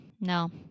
no